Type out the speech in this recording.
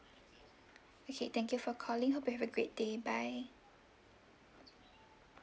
okay thank you for calling hope you have a great day bye